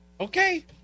okay